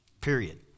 Period